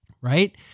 right